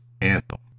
anthem